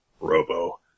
Robo